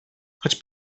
choć